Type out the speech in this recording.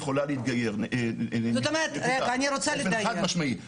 אני רק מצטט ממה שפורסם, עיתונאי עמנואל